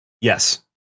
Yes